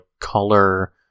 color